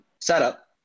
setup